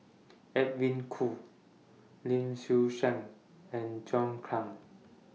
Edwin Koo Lim Swee Say and John Clang